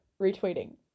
retweeting